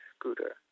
Scooter